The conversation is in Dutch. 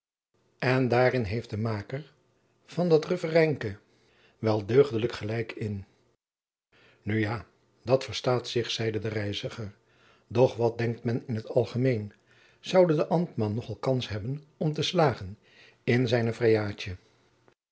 en daôrin heeft de maôker van dat referijnke wel deugdelijk elijk in nu ja dat verstaat zich zeide de reiziger doch wat denkt men in t algemeen zoude de ambtman nog al kans hebben om te slagen in zijne